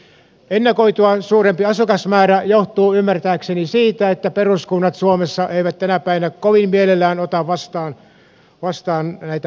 ennakoitua suurempi asukasmäärä johtuu ymmärtääkseni siitä että peruskunnat suomessa eivät tänä päivänä kovin mielellään ota vastaan näitä pakolaisia